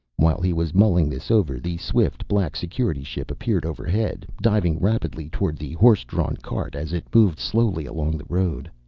while he was mulling this over, the swift black security ship appeared overhead, diving rapidly toward the horse-drawn cart, as it moved slowly along the road.